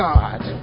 God